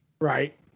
Right